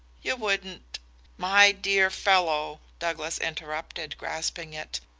you wouldn't my dear fellow, douglas interrupted, grasping it,